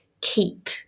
keep